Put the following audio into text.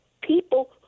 people